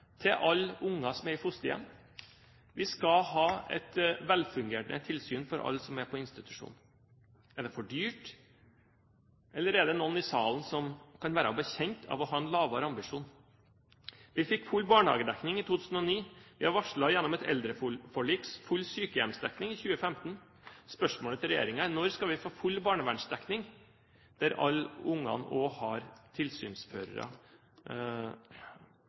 til alle barn som er i fosterhjem? Vi skal ha et velfungerende tilsyn for alle som er på institusjon. Er det for dyrt? Eller er det noen i salen som kan være bekjent av å ha en lavere ambisjon? Vi fikk full barnehagedekning i 2009. Vi har varslet, gjennom et eldreforlik, full sykehjemsdekning i 2015. Spørsmålet til regjeringen er: Når skal vi få full barnevernsdekning, der alle barn som har behov og krav på det, også har tilsynsførere?